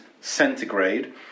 centigrade